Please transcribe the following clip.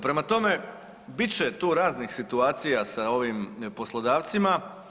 Prema tome, bit će tu raznih situacija sa ovim poslodavcima.